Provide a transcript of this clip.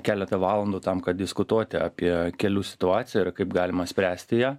keletą valandų tam kad diskutuoti apie kelių situaciją ir kaip galima spręsti ją